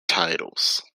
titles